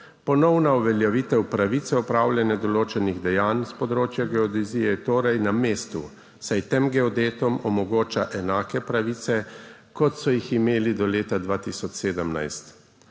Ponovna uveljavitev pravice opravljanja določenih dejanj s področja geodezije je torej na mestu, saj tem geodetom omogoča enake pravice, kot so jih imeli do leta 2017.